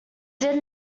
did